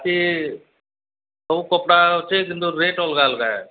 ବାକି ସବୁ କପଡ଼ା ଅଛି କିନ୍ତୁ ରେଟ୍ ଅଲଗା ଅଲଗା